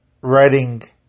writing